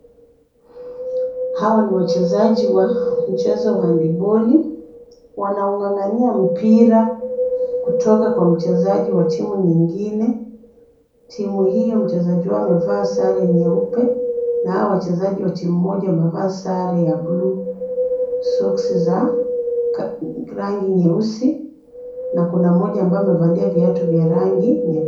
Hawa ni wachezaji wa mchezo wa handiboli wanaung'ang'ania mpira kutoka kwa mchezaji wa timu nyingine. Timu hiyo mchezaji huyo amevaa sare nyeupe nao wachezaji wa timu moja wamevaa sare ya bluu, socks za rangi nyeusi na kuna mmoja ambayo amevalia viatu vya rangi nyekundu.